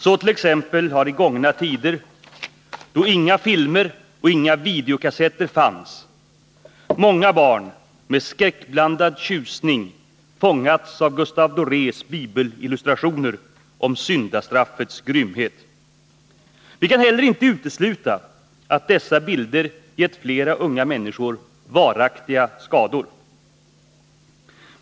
Så t.ex. har i gångna tider — då inga filmer och inga videokassetter fanns — många barn med skräckblandad tjusning fångats av Gustave Dorés bibelillustrationer om syndastraffets grymhet. Vi kan heller inte utesluta, att dessa bilder gett flera unga människor varaktiga skador.